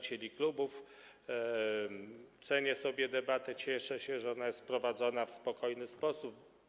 Cenię sobie debatę, cieszę się, że ona jest prowadzona w spokojny sposób.